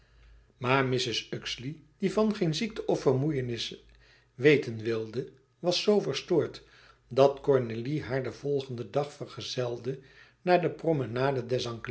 maar mrs uxeley die van geen ziekte of vermoeienis weten wilde was zoo verstoord dat cornélie haar den volgenden dag vergezelde naar de